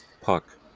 puck